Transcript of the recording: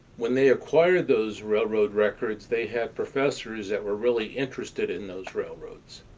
when they acquired those railroad records they had professors that were really interested in those railroads.